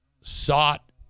sought